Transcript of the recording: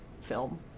film